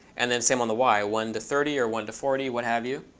and then same on the y one to thirty or one to forty, what have you.